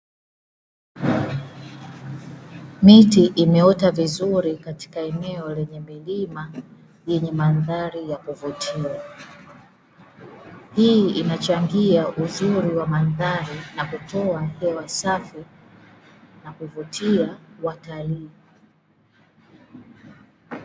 Miti imeota vizuri katika eneo lenye milima yenye mandhari ya kuvutia, hii inachangia uzuri wa mandari na kutoa hewa safi na kuvutia watalii.